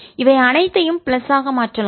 இவை அனைத்தையும் பிளஸ் ஆக மாற்றலாம்